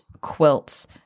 quilts